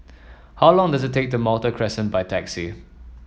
how long does it take to Malta Crescent by taxi